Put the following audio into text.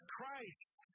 Christ